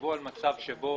תחשבו על מצב שבו